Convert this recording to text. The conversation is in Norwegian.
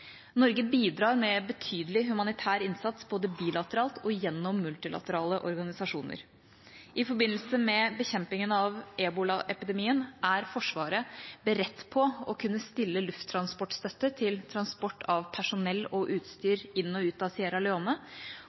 Norge bidrar med betydelig humanitær innsats både bilateralt og gjennom multilaterale organisasjoner. I forbindelse med bekjempingen av ebolaepidemien er Forsvaret beredt på å kunne stille lufttransportstøtte til transport av personell og utstyr inn og ut av